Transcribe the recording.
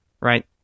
right